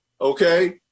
okay